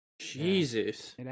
Jesus